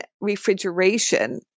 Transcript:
refrigeration